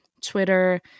Twitter